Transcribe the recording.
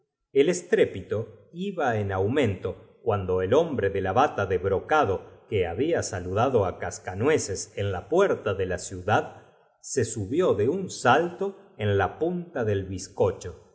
el estrépito iba en aumento confiteremburguese s y por eso esa palacuando el hombro de la bata de brocado hl'a pronunci ada por el alcalde basta que había saludado á cascanue ces en la para apacigu ar el mayor tumulto como puerta de la ciudad se subió de un salto acabáis de ver en el momento olvidan toen la punta del bizcocho